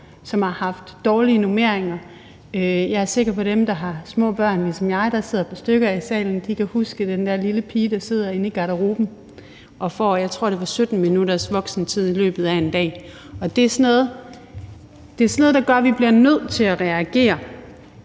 som har haft dårlige normeringer. Jeg er sikker på, at dem, der har små børn ligesom jeg – der sidder et par stykker i salen – kan huske den der lille pige, der sidder inde i garderoben, og som får – jeg tror, det er 17 minutters voksentid i løbet af en dag. Det er sådan noget, der gør, at vi bliver nødt til at reagere.